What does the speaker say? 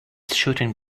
shooting